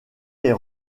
est